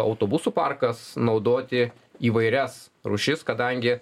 autobusų parkas naudoti įvairias rūšis kadangi